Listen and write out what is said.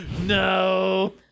No